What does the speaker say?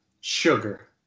sugar